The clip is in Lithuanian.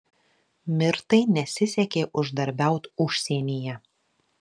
mirtai nesisekė uždarbiaut užsienyje